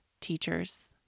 teachers